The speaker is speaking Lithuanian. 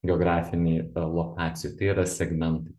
geografinėj lokacijoj tai yra segmentai